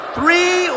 three